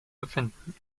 befinden